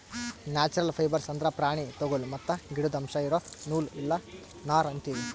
natural fibres ಅಂದ್ರ ಪ್ರಾಣಿ ತೊಗುಲ್ ಮತ್ತ್ ಗಿಡುದ್ ಅಂಶ್ ಇರೋ ನೂಲ್ ಇಲ್ಲ ನಾರ್ ಅಂತೀವಿ